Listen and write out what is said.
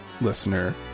listener